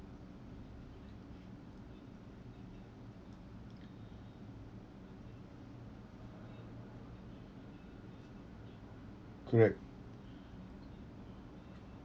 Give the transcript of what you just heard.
correct